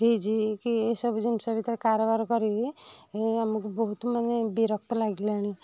ଫ୍ରିଜି କି ଏ ସବୁ ଜିନିଷ ଭିତରେ କାରବାର କରିକି ଆମକୁ ବହୁତ ମାନେ ବିରକ୍ତ ଲାଗିଲାଣି